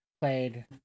played